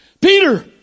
Peter